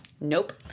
nope